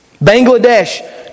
Bangladesh